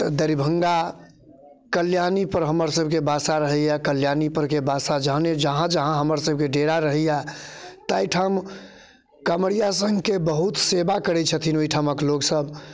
तऽ दड़िभङ्गा कल्याणीपर हमरसभके बासा रहैए कल्याणी परके बासा जखने जहाँ जहाँ हमरसभके डेरा रहैए ताहिठाम काँवरिया सङ्घके बहुत सेवा करैत छथिन ओहिठामक लोकसभ